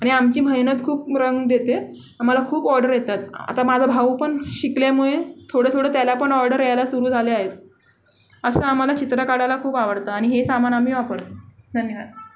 आणि आमची मेहनत खूप रंग देते आम्हाला खूप ऑर्डर येतात आता माझा भाऊ पण शिकल्यामुळे थोडं थोडं त्याला पण ऑर्डर यायला सुरू झाले आहेत असं आम्हाला चित्र काढायला खूप आवडतं आणि हे सामान आम्ही वापरतो धन्यवाद